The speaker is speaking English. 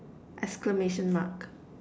exclamation mark